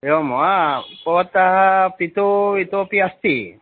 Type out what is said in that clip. एवं वा भवतः पिता इतोऽपि अस्ति